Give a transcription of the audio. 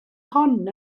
hon